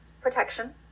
protection